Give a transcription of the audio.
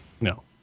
No